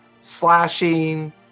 slashing